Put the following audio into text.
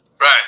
Right